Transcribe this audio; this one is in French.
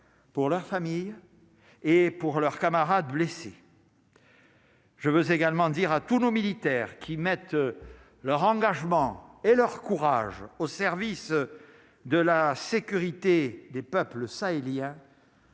pour la famille et pour leurs camarades blessés. Je veux également dire à tous nos militaires qui mettent leur engagement et leur courage au service de la sécurité des peuples ça il